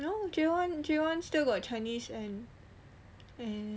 no J one J one still got chinese and and